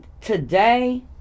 today